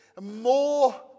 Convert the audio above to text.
more